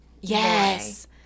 Yes